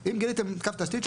אם גיליתם קו תשתית שם,